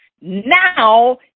Now